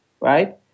right